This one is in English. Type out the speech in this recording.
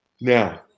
Now